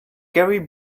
gary